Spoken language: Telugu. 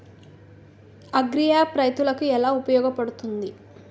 అగ్రియాప్ రైతులకి ఏలా ఉపయోగ పడుతుంది?